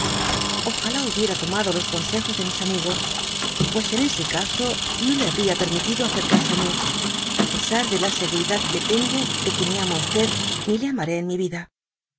ojalá hubiera tomado los consejos de mis amigos pues en ese caso no le habría permitido acercase á mi á pesar de la seguridad que tengo de que ni amo á ni le amaré en mi vida